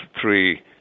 three